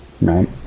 right